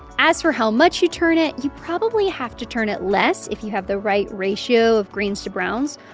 as for how much you turn it, you probably have to turn it less if you have the right ratio of greens to browns.